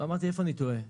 ושאלתי איפה אני טועה,